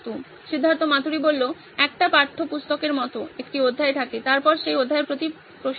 সিদ্ধার্থ মাতুরি একটি পাঠ্যপুস্তকের মতো একটি অধ্যায় থাকে তারপর সেই অধ্যায়ের প্রতি প্রশ্ন থাকে